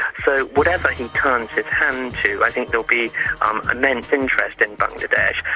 so whatever he turns his hand to i think there'll be um immense interest in bangladesh.